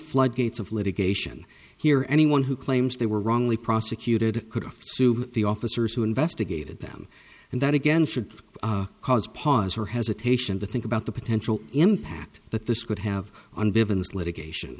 floodgates of litigation here anyone who claims they were wrongly prosecuted could offer to the officers who investigated them and that again should cause pause her hesitation to think about the potential impact that this could have on bivins litigation